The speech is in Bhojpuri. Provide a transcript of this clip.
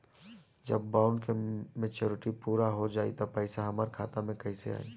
जब बॉन्ड के मेचूरिटि पूरा हो जायी त पईसा हमरा खाता मे कैसे आई?